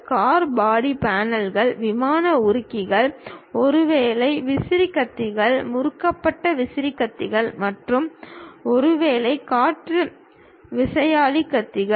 car body பேனல்கள் விமானம் உருகிகள் ஒருவேளை விசிறி கத்திகள் முறுக்கப்பட்ட விசிறி கத்திகள் மற்றும் ஒருவேளை காற்று விசையாழி கத்திகள்